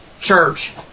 church